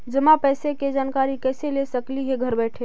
जमा पैसे के जानकारी कैसे ले सकली हे घर बैठे?